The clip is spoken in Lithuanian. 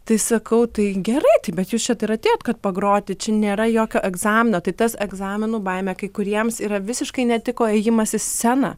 tai sakau tai gerai tai bet jūs čia ir atėjot kad pagroti čia nėra jokio egzamino tai tas egzaminų baimė kai kuriems yra visiškai netiko ėjimas į sceną